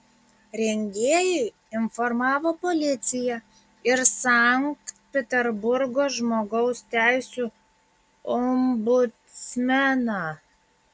rengėjai informavo policiją ir sankt peterburgo žmogaus teisių ombudsmeną